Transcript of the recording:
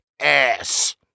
ass